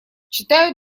читаю